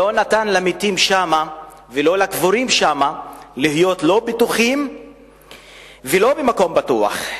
לא נתן למתים שם ולא לקבורים שם להיות לא בטוחים ולא במקום בטוח,